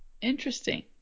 Interesting